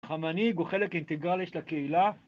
המנהיג הוא חלק אינטגרלי של הקהילה